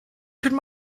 could